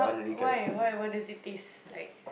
why why what does it taste like